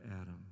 Adam